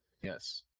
Yes